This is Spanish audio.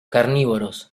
carnívoros